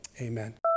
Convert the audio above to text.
amen